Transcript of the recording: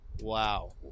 wow